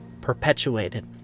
perpetuated